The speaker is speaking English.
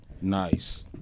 nice